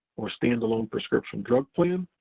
or standalone prescription drug plan,